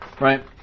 right